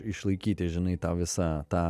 išlaikyti žinai tą visą tą